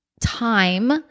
time